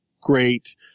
great